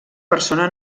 persona